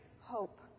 hope